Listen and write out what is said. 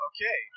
Okay